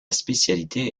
spécialité